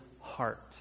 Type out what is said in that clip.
heart